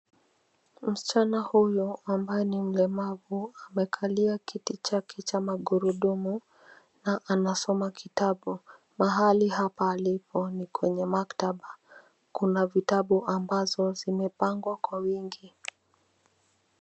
Msichana huyu ambaye ni mlemavu amekalia kiti chake cha magurudumu na anasoma kitabu. Mahali hapa alipo ni kwenye maktaba kuna vitabu ambazo zimepangwa kwa wingi.